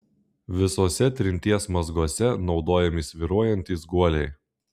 visuose trinties mazguose naudojami svyruojantys guoliai